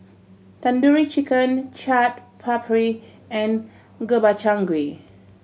Tandoori Chicken Chaat Papri and Gobchang Gui